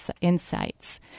insights